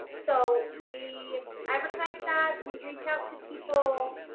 so we advertise that. we reach out to people.